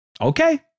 okay